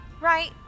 right